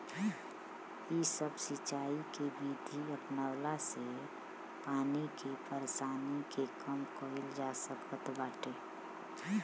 इ सब सिंचाई के विधि अपनवला से पानी के परेशानी के कम कईल जा सकत बाटे